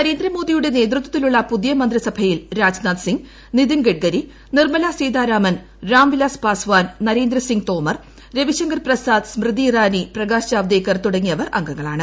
നരേന്ദ്രമോദിയുടെ നേതൃത്വത്തിലുള്ള പുതിയ മന്ത്രിസഭയിൽ രാജ്നാഥ് സിംഗ് നിതിൻ ഗഡ്കരി നിർമ്മലാ സീതാരാമൻ രാംവിലാസ് പാസ്വാൻ നരേന്ദ്രസിംഗ് തോമർ രവിശങ്കർ പ്രസാദ് സ്മൃതി ഇറാനി പ്രകാശ് ജാവദേക്കർ തുടങ്ങിയവർ അംഗങ്ങളാണ്